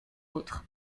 autres